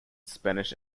spanish